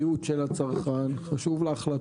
אני מזכיר לחברי שהחובה שאנו מבקשים להחיל